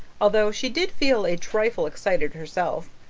although she did feel a trifle excited herself.